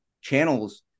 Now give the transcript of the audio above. channels